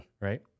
right